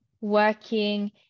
working